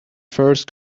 first